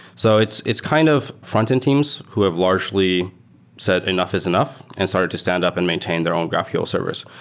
so it's it's kind of frontend teams who have largely said enough is enough and started to stand up and maintain their own graphql servers.